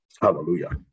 Hallelujah